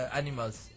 animals